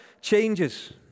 changes